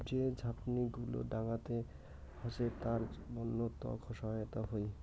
যে ঝাপনি গুলো ডাঙাতে হসে তার বন্য তক সহায়তা হই